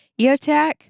EOTech